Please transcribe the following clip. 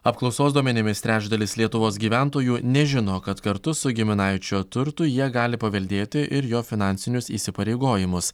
apklausos duomenimis trečdalis lietuvos gyventojų nežino kad kartu su giminaičio turtu jie gali paveldėti ir jo finansinius įsipareigojimus